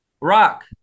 Rock